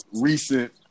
recent